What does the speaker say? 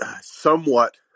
Somewhat